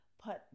put